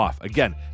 Again